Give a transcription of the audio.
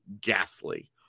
ghastly